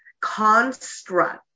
construct